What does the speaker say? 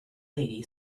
lady